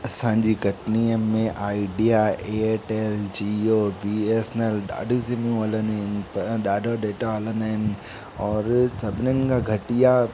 असांजी कटनीअ में आइडिया एयरटेल जीओ बीएसनल ॾाढी सिमियूं हलंदियूं आहिनि प ॾाढो डेटा हलंदा आहिनि और सभिनीनि खां घटिया